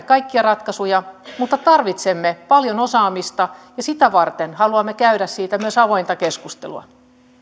kaikkia ratkaisuja mutta tarvitsemme paljon osaamista ja sitä varten haluamme käydä siitä myös avointa keskustelua